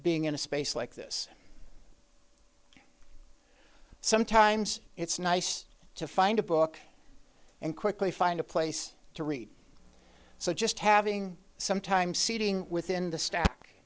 being in a space like this sometimes it's nice to find a book and quickly find a place to read so just having some time sitting within the stack